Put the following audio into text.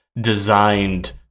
designed